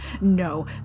no